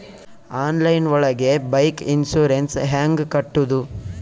Online ಒಳಗೆ bike insurance ಹ್ಯಾಂಗ್ ಕಟ್ಟುದು?